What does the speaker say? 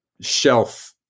shelf